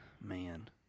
man